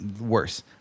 worse